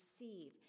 receive